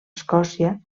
escòcia